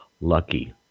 lucky